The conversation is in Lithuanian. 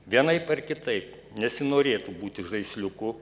vienaip ar kitaip nesinorėtų būti žaisliuku